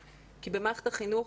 כי במערכת החינוך,